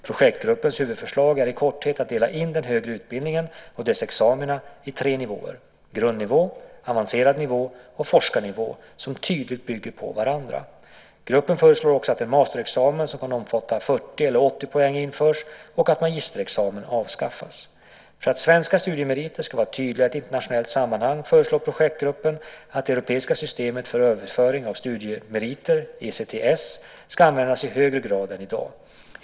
Projektgruppens huvudförslag är i korthet att dela in den högre utbildningen och dess examina i tre nivåer - grundnivå, avancerad nivå och forskarnivå - som tydligt bygger på varandra. Gruppen föreslår också att en masterexamen som kan omfatta 40 eller 80 poäng införs och att magisterexamen avskaffas. För att svenska studiemeriter ska vara tydliga i ett internationellt sammanhang föreslår projektgruppen att det europeiska systemet för överföring av studiemeriter, ECTS, ska användas i högre grad än i dag.